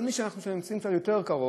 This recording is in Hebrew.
אבל מי שמכיר יותר מקרוב,